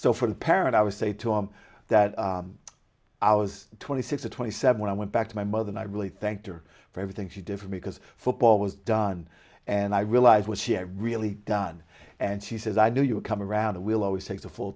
so for the parent i would say to him that i was twenty six or twenty seven when i went back to my mother and i really thanked her for everything she differ because football was done and i realized what she i really done and she says i knew you would come around and will always take the full